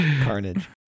carnage